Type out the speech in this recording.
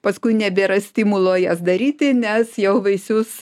paskui nebėra stimulo jas daryti nes jau vaisius